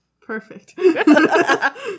Perfect